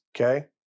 Okay